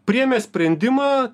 priėmė sprendimą